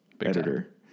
Editor